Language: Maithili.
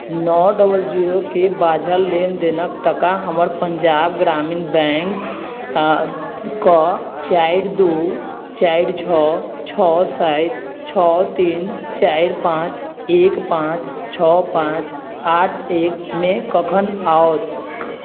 नओ डबल जीरोके बाझल लेनदेनक टाका हमर पञ्जाब ग्रामीण बैंक कऽ चारि दू चारि छओ छओ सात छओ तीन चारि पांँच एक पांँच छओ पांँच आठ एक मे कखन आओत